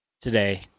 today